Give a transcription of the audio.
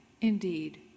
indeed